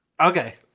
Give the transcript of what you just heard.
Okay